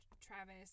Travis